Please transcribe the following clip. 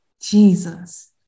Jesus